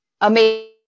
amazing